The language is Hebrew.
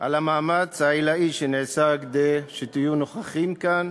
המאמץ העילאי שנעשה כדי שתהיו נוכחים כאן,